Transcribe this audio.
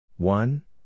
One